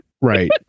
Right